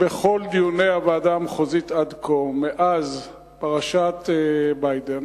בכל דיוני הוועדה המחוזית עד כה מאז פרשת ביידן